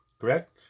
Correct